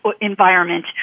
environment